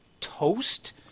toast